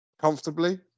comfortably